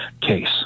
case